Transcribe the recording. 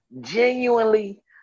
genuinely